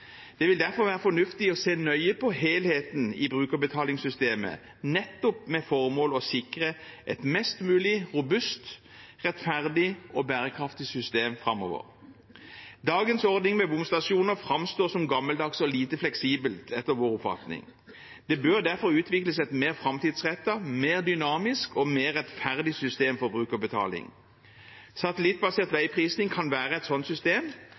Det vil derfor være fornuftig å se nøye på helheten i brukerbetalingssystemet, nettopp med det formål å sikre et mest mulig robust, rettferdig og bærekraftig system framover. Dagens ordning med bomstasjoner framstår som gammeldags og lite fleksibel, etter vår oppfatning. Det bør derfor utvikles et mer framtidsrettet, mer dynamisk og mer rettferdig system for brukerbetaling. Satellittbasert veiprising kan være et sånt system,